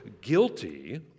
guilty